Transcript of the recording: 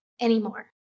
anymore